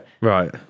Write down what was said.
right